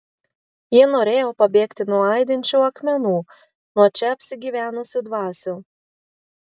ji norėjo pabėgti nuo aidinčių akmenų nuo čia apsigyvenusių dvasių